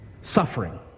suffering